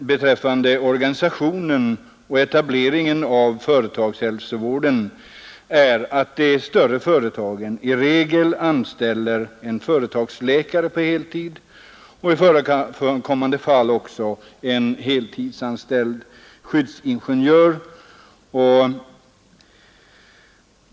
Beträffande organisationen och etableringen av företagshälsovården är det för närvarande så att de större företagen som regel anställer en företagsläkare på heltid och i förekommande fall en heltidsanställd skyddsingenjör.